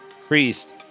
Priest